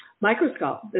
microscope